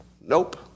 nope